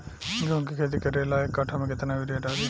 गेहूं के खेती करे ला एक काठा में केतना युरीयाँ डाली?